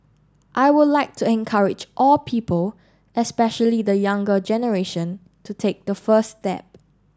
I would like to encourage all people especially the younger generation to take the first step